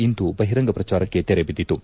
ಇಂದು ಬಹಿರಂಗ ಪ್ರಚಾರಕ್ಕೆ ತೆರೆಬಿದ್ದಿತು